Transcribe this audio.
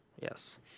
Yes